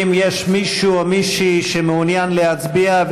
האם יש מישהו או מישהו שמעוניין להצביע,